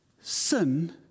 sin